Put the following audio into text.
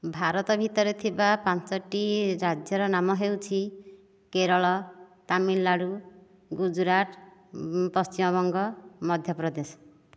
ଭାରତ ଭିତରେ ଥିବା ପାଞ୍ଚଟି ରାଜ୍ୟର ନାମ ହେଉଛି କେରଳ ତାମିଲନାଡ଼ୁ ଗୁଜୁରାଟ ପଶ୍ଚିମବଙ୍ଗ ମଧ୍ୟପ୍ରଦେଶ